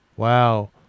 Wow